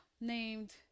named